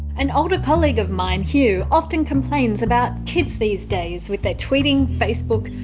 an older colleague of mine, huw, often complains about kids these days with their tweeting, facebook.